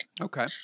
okay